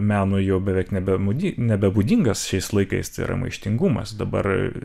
menui jo beveik nebemudi nebebūdingas šiais laikais tai yra maištingumas dabar